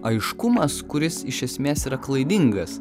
aiškumas kuris iš esmės yra klaidingas